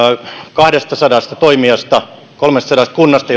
kahdestasadasta toimijasta kolmestasadasta kunnasta